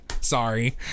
Sorry